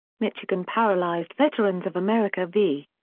michigan paralyzed veterans of america v.